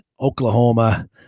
Oklahoma